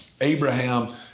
Abraham